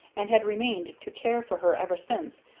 and had remained to care for her ever since,